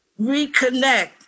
reconnect